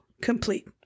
complete